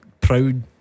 Proud